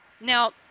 Now